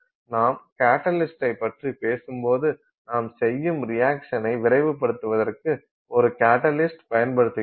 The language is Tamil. நாம் கட்டலிஸ்டைப் பற்றி பேசும்போது நாம் செய்யும் ரியாக்சனை விரைவுபடுத்துவதற்கு ஒரு கட்டலிஸ்ட் பயன்படுத்துகிறோம்